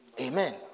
Amen